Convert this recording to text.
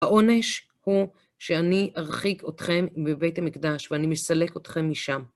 העונש הוא שאני ארחיק אתכם בבית המקדש ואני מסלק אתכם משם.